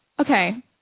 Okay